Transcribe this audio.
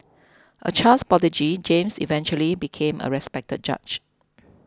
a child prodigy James eventually became a respected judge